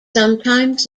sometimes